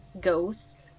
ghost